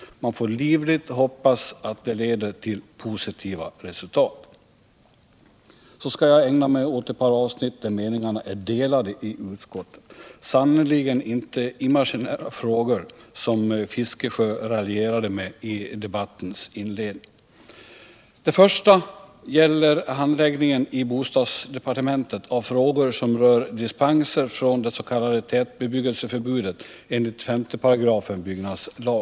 Man får livligt hoppas att det kan leda till positiva resultat. Så skall jag ägna mig åt ett par avsnitt där meningarna är delade i utskottet — sannerligen inte i imaginära frågor, som Bertil Fiskesjö raljerade om i debattens inledning. Det första avsnittet gäller handläggningen i bostadsdepartementet av frågor som rör dispenser från det s.k. tätbebyggelseförbudet enligt 5 § BL.